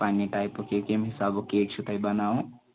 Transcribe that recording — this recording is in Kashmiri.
پنٕنہِ ٹایپُک یا کَمہِ حِسابُک کیک چھُو تۄہہِ بَناوُن